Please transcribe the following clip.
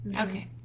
Okay